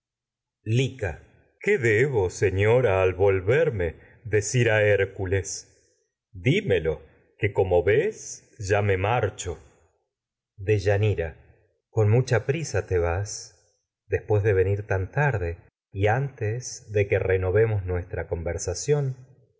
qué debo señora al volverme decir que como ves ya me a hér dímelo marcho deyanira con mucha prisa te vas después de nuestra ve nir tan tarde y antes de que renovemos con versación